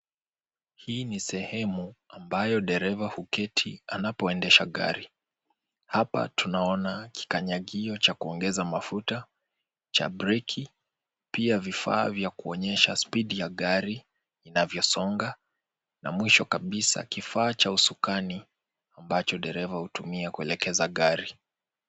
Hii ni sehemu ambayo dereva huketi anapoendesha gari. Hapa tunaona kikanyangio cha kuongeza mafuta cha breki pia vifaa vya kuonyesha spidi ya gari inaposonga, na mwisho kabisa kifaa cha usukani ambacho dereva hutumia kuelekeza gari.